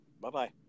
Bye-bye